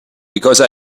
because